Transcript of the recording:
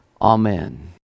Amen